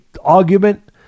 argument